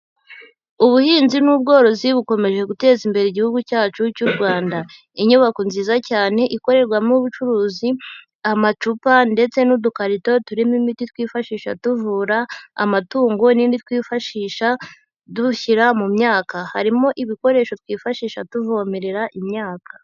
Ubuhinzi n'ubworozi bukomeje guteza imbere igihugu cyacu cy'u Rwanda. Inyubako nziza cyane ikorerwamo ubucuruzi, amacupa ndetse n'udukarito turimo imiti twifashisha tuvura amatungo, n'indi twifashisha dushyira mu myaka. Harimo ibikoresho twifashisha tuvomerera imyaka.